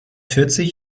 vierzig